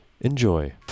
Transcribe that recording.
Enjoy